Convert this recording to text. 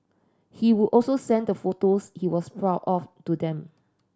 he would also send the photos he was proud of to them